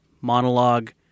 monologue